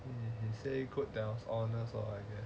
he say good that I'm honest lor